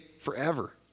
forever